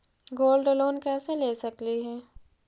Gold loan कैसे ले सकली हे?